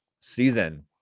season